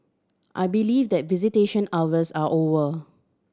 I believe that visitation hours are over